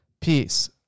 Peace